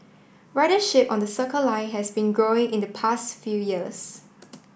ridership on the Circle Line has been growing in the past few years